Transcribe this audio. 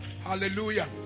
Hallelujah